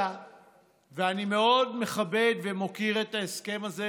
ואני מאוד מכבד ומוקיר את ההסכם הזה,